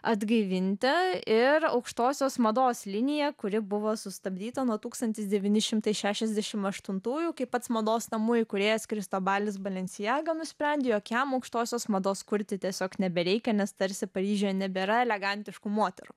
atgaivinti ir aukštosios mados liniją kuri buvo sustabdyta nuo tūkstantis devyni šimtai šešiasdešimt aštuntųjų kai pats mados namų įkūrėjas kristobalis balencijaga nusprendė jokiam aukštosios mados kurti tiesiog nebereikia nes tarsi paryžiuje nebėra elegantiškų moterų